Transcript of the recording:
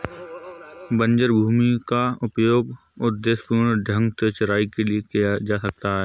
बंजर भूमि का उपयोग उद्देश्यपूर्ण ढंग से चराई के लिए किया जा सकता है